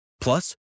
Plus